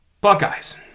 Buckeyes